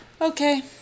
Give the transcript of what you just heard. okay